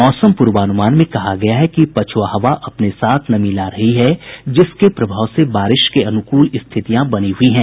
मौसम पूर्वान्मान में कहा गया है कि पछुआ हवा अपने साथ नमी ला रही है जिसके प्रभाव से बारिश के अनुकूल स्थितियां बनी हुई हैं